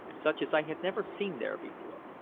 such as i had never seen there before.